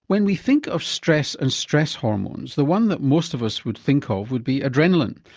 when we think of stress and stress hormones, the one that most of us would think of would be adrenaline,